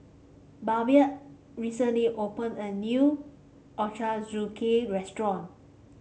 Babette recently opened a new Ochazuke restaurant